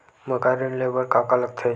मकान ऋण ले बर का का लगथे?